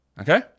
Okay